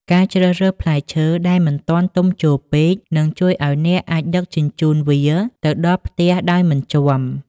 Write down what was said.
ការជ្រើសរើសផ្លែឈើដែលមិនទាន់ទុំជោរពេក នឹងជួយឱ្យអ្នកអាចដឹកជញ្ជូនវាទៅដល់ផ្ទះដោយមិនជាំ។